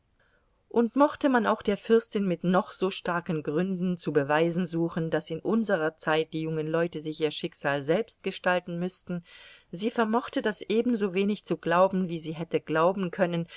und mochte man auch der fürstin mit noch so starken gründen zu beweisen suchen daß in unserer zeit die jungen leute sich ihr schicksal selbst gestalten müßten sie vermochte das ebensowenig zu glauben wie sie hätte glauben können